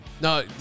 No